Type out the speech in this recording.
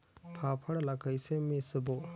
फाफण ला कइसे मिसबो?